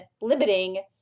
limiting